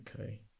Okay